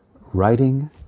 writing